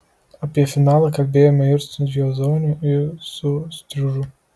apie finalą kalbėjome ir su jozoniu ir su striužu